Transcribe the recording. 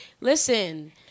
listen